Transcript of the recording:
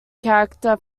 character